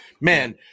Man